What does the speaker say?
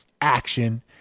Action